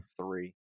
three